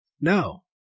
No